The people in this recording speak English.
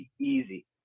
easy